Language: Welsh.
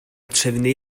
trefnu